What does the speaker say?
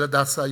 של "הדסה",